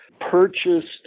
purchased